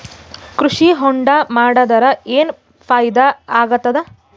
ಕೃಷಿ ಹೊಂಡಾ ಮಾಡದರ ಏನ್ ಫಾಯಿದಾ ಆಗತದ?